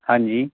ਹਾਂਜੀ